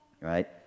right